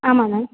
ஆமாம் மேம்